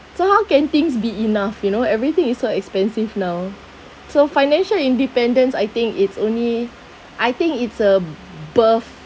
so how can things be enough you know everything is so expensive now so financial independence I think it's only I think it's a birth